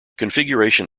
configuration